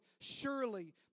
Surely